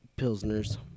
Pilsners